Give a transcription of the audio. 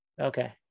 Okay